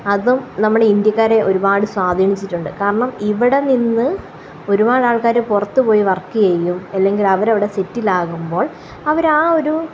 അതും നമ്മള് ഇന്ത്യക്കാരെ ഒരുപാട് സ്വാധീനിച്ചിട്ടുണ്ട് കാരണം ഇവിടെ നിന്ന് ഒരുപാട് ആള്ക്കാര് പുറത്ത് പോയി വര്ക്ക് ചെയ്യുകയും അല്ലെങ്കില് അവരവിടെ സെറ്റിലാകുമ്പോള് അവര് ആ ഒരു